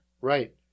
Right